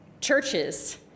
Churches